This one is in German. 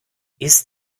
ist